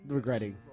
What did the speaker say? regretting